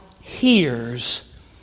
hears